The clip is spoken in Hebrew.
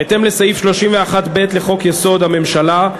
בהתאם לסעיף 31(ב) לחוק-יסוד: הממשלה,